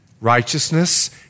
Righteousness